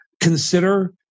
consider